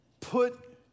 put